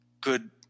good –